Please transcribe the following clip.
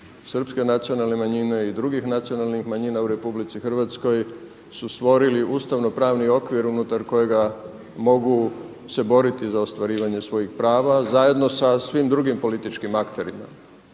srpske nacionalne manjine i drugih nacionalnih manjina u RH su stvorili ustavno-pravni okvir unutar kojega mogu se boriti za ostvarivanje svojih prava zajedno sa svim drugim političkim akterima.